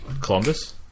Columbus